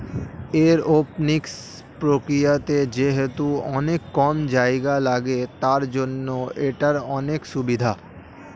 aeroponics প্রক্রিয়াতে যেহেতু অনেক কম জায়গা লাগে, তার জন্য এটার অনেক সুভিধা